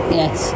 yes